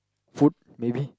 food maybe